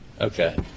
Okay